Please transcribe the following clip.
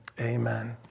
amen